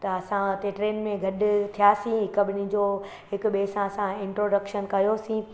त असां हुते ट्रेन में गॾु थियासीं हिकु ॿिन्हिनि जो हिकु ॿिए सां असां इंट्रोडक्शन कयोसीं